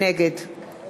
נגד